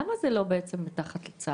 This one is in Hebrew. למה זה לא מתחת לצה"ל?